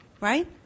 right